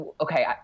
okay